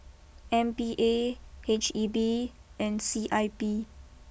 M P A H E B and C I P